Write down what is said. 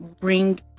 bring